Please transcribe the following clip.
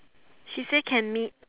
she say can meet